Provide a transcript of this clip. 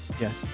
Yes